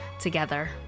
together